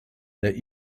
that